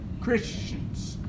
Christians